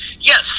Yes